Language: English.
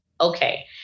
Okay